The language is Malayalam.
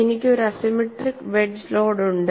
എനിക്ക് ഒരു അസിമെട്രിക് വെഡ്ജ് ലോഡ് ഉണ്ട്